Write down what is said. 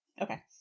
Okay